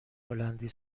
هلندی